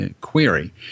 query